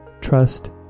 trust